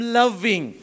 loving